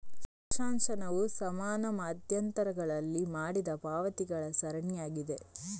ವರ್ಷಾಶನವು ಸಮಾನ ಮಧ್ಯಂತರಗಳಲ್ಲಿ ಮಾಡಿದ ಪಾವತಿಗಳ ಸರಣಿಯಾಗಿದೆ